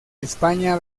españa